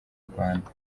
rwanda